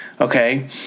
Okay